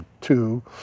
two